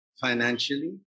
financially